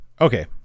Okay